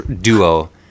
duo